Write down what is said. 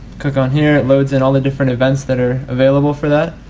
click on here it loads in all the different events that are available. for that.